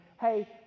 hey